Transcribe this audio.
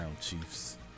Chiefs